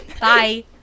Bye